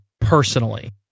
personally